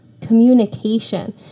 communication